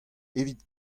evit